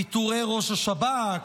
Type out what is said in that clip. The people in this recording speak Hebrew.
פיטורי ראש השב"כ,